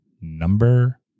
number